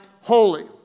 holy